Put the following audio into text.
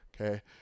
Okay